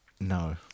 No